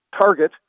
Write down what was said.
target